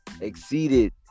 exceeded